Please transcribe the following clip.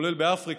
כולל באפריקה,